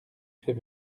fait